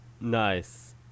Nice